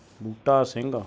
Buta Singh